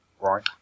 Right